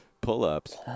pull-ups